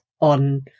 on